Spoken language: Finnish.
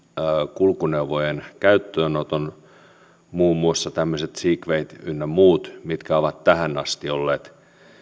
kulkuneuvojen käyttöönoton muun muassa tämmöiset segwayt ynnä muut mitkä ovat tähän asti olleet